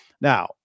Now